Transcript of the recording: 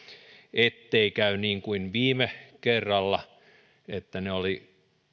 ettei käy niin kuin viime kerralla jolloin ne olivat